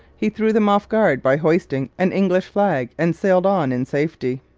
he threw them off guard by hoisting an english flag, and sailed on in safety.